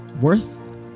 worth